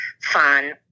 fun